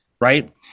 right